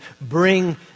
bring